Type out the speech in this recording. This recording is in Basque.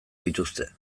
dituzte